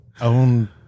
own